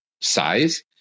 size